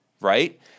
right